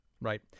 Right